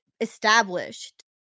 established